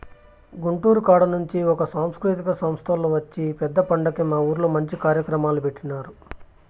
గుంటూరు కాడ నుంచి ఒక సాంస్కృతిక సంస్తోల్లు వచ్చి పెద్ద పండక్కి మా ఊర్లో మంచి కార్యక్రమాలు పెట్టినారు